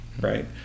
right